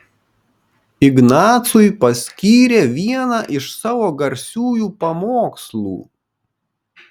ignacui paskyrė vieną iš savo garsiųjų pamokslų